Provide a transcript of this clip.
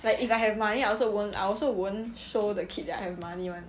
but if I have money I also won't I also won't show the kid that I have money [one]